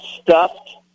stuffed